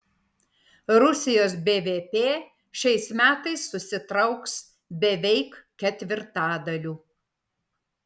rusijos bvp šiais metais susitrauks beveik ketvirtadaliu